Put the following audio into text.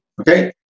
Okay